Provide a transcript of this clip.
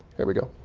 there we go.